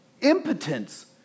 impotence